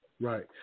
Right